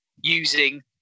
using